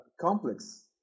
Complex